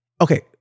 Okay